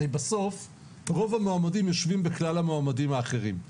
הרי בסוף רוב המועמדים יושבים בכלל המועמדים האחרים,